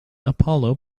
apollo